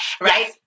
right